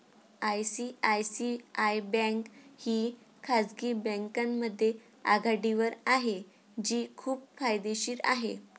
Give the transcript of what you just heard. ICICI bank ही खाजगी बँकांमध्ये आघाडीवर आहे जी खूप फायदेशीर आहे